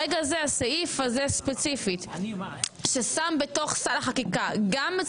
הסעיף הזה ששם בתוך סל החקיקה גם את